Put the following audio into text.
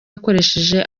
akoresha